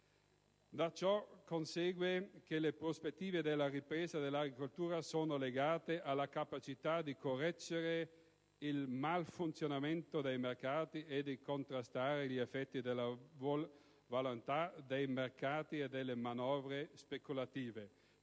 Da ciò consegue che le prospettive della ripresa dell'agricoltura sono legate alla capacità di correggere il malfunzionamento dei mercati e di contrastare gli effetti della volontà dei mercati e delle manovre speculative.